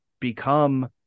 become